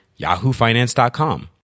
yahoofinance.com